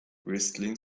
whistling